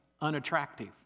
unattractive